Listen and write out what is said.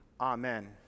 Amen